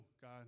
God